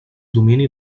domini